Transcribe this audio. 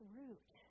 root